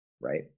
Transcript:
right